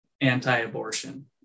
anti-abortion